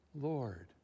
Lord